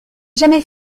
jamais